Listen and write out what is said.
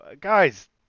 guys